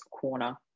corner